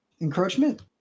encroachment